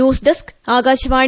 news desk Akashvani